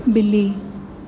ॿिली